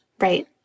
Right